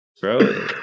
bro